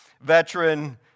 veteran